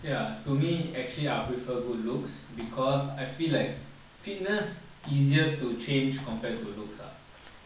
ya to me actually I prefer good looks because I feel like fitness easier to change compared to looks ah